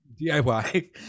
DIY